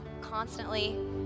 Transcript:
constantly